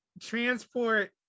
transport